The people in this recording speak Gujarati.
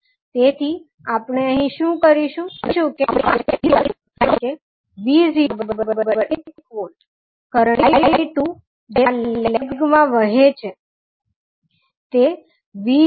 તેથી આપણે અહીં શું કરીશું આપણે કહીશું કે આઉટપુટ વોલ્ટેજ આપવામાં આવેલ છે તે 𝑉𝑜 1 𝑉 છે